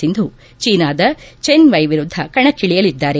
ಸಿಂಧು ಚೀನಾದ ಚೆನ್ ವೈ ವಿರುದ್ಧ ಕಣಕ್ಕಿಳಿಯಲಿದ್ದಾರೆ